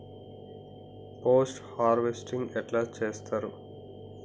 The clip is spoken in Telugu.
పోస్ట్ హార్వెస్టింగ్ ఎట్ల చేత్తరు?